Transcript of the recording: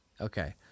Okay